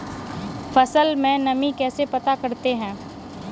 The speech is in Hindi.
फसल में नमी कैसे पता करते हैं?